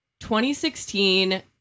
2016